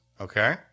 okay